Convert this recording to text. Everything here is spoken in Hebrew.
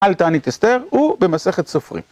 על תענית אסתר ובמסכת סופרים.